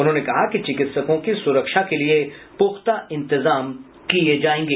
उन्होंने कहा कि चिकित्सकों की सुरक्षा के लिए पुख्ता इंतजाम किये जायेंगे